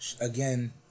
Again